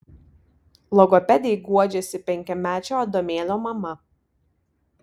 logopedei guodžiasi penkiamečio adomėlio mama